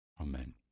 Amen